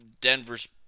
Denver's